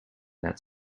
that